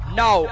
no